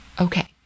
Okay